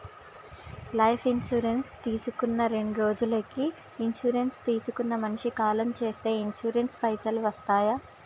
Life insurance తీసుకున్న రెండ్రోజులకి insurance తీసుకున్న మనిషి కాలం చేస్తే ఇన్సూరెన్స్ పైసల్ వస్తయా?